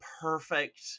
perfect